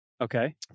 Okay